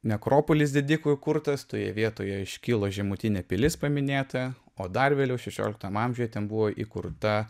nekropolis didikų įkurtas toje vietoje iškilo žemutinė pilis paminėta o dar vėliau šešioliktame amžiuje ten buvo įkurta